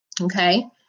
Okay